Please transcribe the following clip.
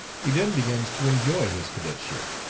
he then begins to enjoy his cadetship,